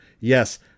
Yes